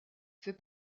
fait